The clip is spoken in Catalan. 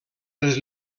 les